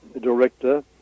director